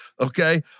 okay